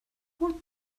what